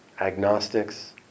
agnostics